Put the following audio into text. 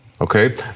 okay